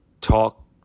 talk